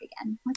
again